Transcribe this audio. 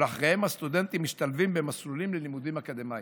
ואחריהם הסטודנטים משתלבים במסלולים ללימודים אקדמיים.